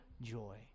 Joy